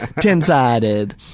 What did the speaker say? Ten-sided